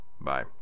Bye